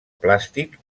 plàstic